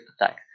Attack